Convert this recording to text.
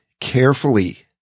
carefully